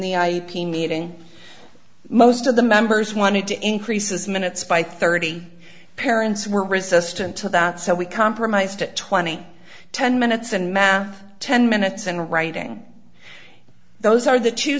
the meeting most of the members wanted to increase its minutes by thirty parents were resistant to that so we compromised at twenty ten minutes and math ten minutes in writing those are the two